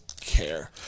care